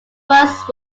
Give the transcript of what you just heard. first